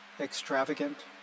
extravagant